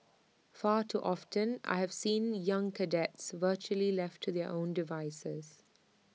far too often I have seen young cadets virtually left to their own devices